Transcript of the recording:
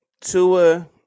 Tua